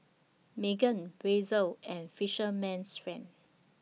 Megan Razer and Fisherman's Friend